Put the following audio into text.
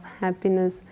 happiness